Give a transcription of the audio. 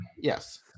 Yes